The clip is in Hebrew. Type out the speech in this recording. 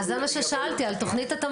אז זה מה ששאלתי, על תוכנית התמריצים.